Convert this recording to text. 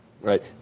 Right